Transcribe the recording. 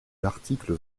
l’article